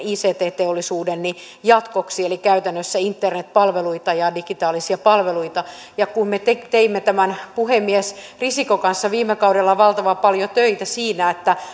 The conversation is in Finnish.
ict teollisuuden jatkoksi eli käytännössä internetpalveluita ja digitaalisia palveluita ja kun me teimme puhemies risikon kanssa viime kaudella valtavan paljon töitä että